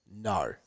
no